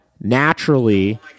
naturally